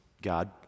God